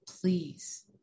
please